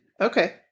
Okay